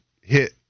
hit